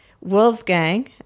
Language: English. Wolfgang